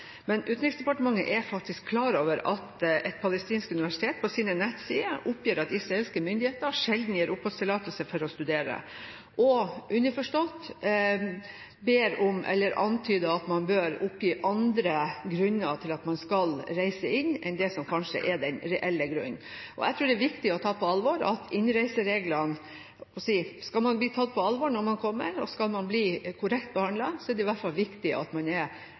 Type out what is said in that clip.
Men Utenriksdepartementet er faktisk klar over at et palestinsk universitet på sine nettsider oppgir at israelske myndigheter sjelden gir oppholdstillatelse for å studere, og antyder underforstått at man bør oppgi andre grunner til at man skal reise inn, enn det som kanskje er den reelle grunnen. Jeg tror det er viktig å ta innreisereglene på alvor. Skal man bli tatt på alvor når man kommer, og skal man bli korrekt behandlet, er det i hvert fall viktig at man er